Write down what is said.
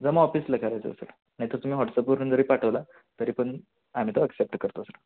जमा ऑफिसला करायचं आहे सर नाही तर तुम्ही व्हॉटसअपवरून जरी पाठवला तरी पण आम्ही तो ॲक्सेप्ट करतो सर